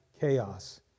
Chaos